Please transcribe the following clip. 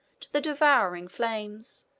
to the devouring flames.